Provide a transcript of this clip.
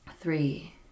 three